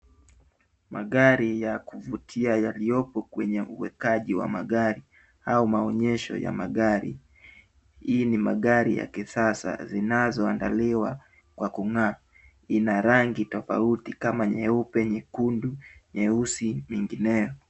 Magari ya kuvutia yaliyopo kwenye uwekaji la magari au maonyesho ya magari. Hii ni magari ya kisasa zinazoandaliwa kwa kung'aa ina rangi tofauti kama nyeupe, nyekundu, nyeusi nyingineo.